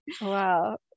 Wow